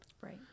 Right